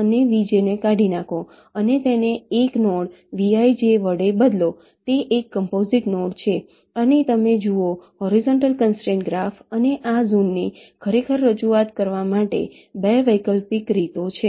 અને Vj ને કાઢી નાખો અને તેને 1 નોડ Vij વડે બદલો તે એક કોમ્પોસીટ નોડ છે અને તમે જુઓ હોરીઝોન્ટલ કન્સ્ટ્રેંટ ગ્રાફ અને આ ઝોનની ખરેખર રજૂઆત કરવા માટેની 2 વૈકલ્પિક રીતો છે